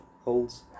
Holes